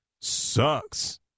Sucks